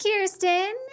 Kirsten